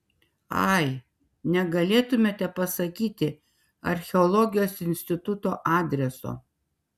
ai negalėtumėte pasakyti archeologijos instituto adreso